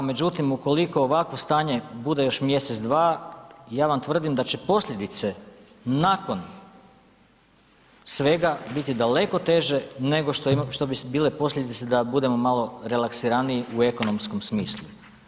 Međutim, ukoliko ovakvo stanje bude još mjesec, dva, ja vam tvrdim da će posljedice nakon svega biti daleko teže nego što bi bile posljedice da budemo malo relaksiraniji u ekonomskom smislu.